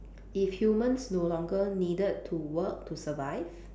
if humans no longer needed to work to survive